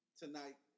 tonight